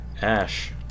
ash